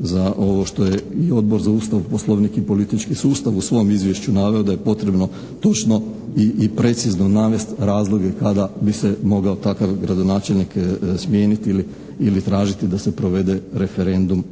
za ovo što je i Odbor za Ustav, Poslovnik i politički sustav u svom izvješću naveo da je potrebno točno i precizno navesti razloge kada bi se mogao takav gradonačelnik smijeniti ili tražiti da se provede referendum